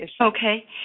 Okay